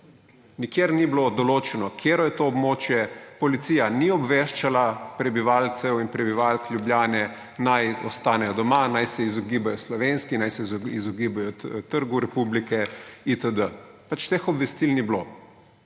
Nikjer ni bilo določeno, katero je to območje, policija ni obveščala prebivalcev in prebivalk Ljubljane, naj ostanejo doma, naj se izogibajo Slovenski cesti, naj se izogibajo Trgu republike itd. Pač teh obvestil ni bilo.